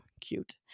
cute